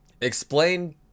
explain